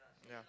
ya